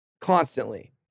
constantly